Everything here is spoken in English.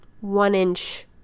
one-inch